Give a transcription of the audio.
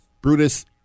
Brutus